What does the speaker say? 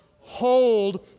hold